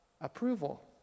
approval